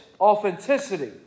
authenticity